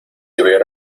hubiera